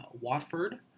Watford